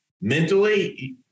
mentally